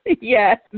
Yes